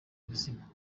buzima